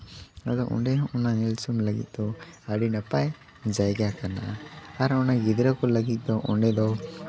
ᱟᱫᱚ ᱚᱸᱰᱮ ᱦᱚᱸ ᱚᱱᱟ ᱧᱮᱞ ᱥᱟᱢ ᱞᱟᱹᱜᱤᱫ ᱫᱚ ᱟᱹᱰᱤ ᱱᱟᱯᱟᱭ ᱡᱟᱭᱜᱟ ᱠᱟᱱᱟ ᱟᱨ ᱚᱱᱟ ᱜᱤᱫᱽᱨᱟᱹ ᱠᱚ ᱞᱟᱹᱜᱤᱫ ᱫᱚ ᱚᱸᱰᱮ ᱫᱚ